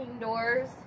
doors